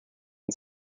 and